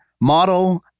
model